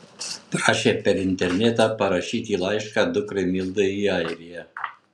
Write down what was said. prašė per internetą parašyti laišką dukrai mildai į airiją